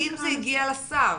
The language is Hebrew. האם זה הגיע לשר?